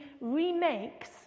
remakes